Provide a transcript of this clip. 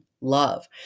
love